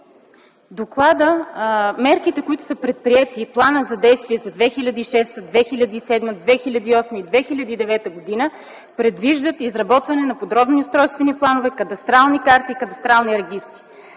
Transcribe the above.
това? Мерките, които са предприети, и плановете за действие за 2006, 2007, 2008 и 2009 г. предвиждат изработване на подробни устройствени планове, кадастрални карти и кадастрални регистри.